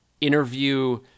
interview